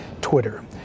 Twitter